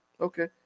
Okay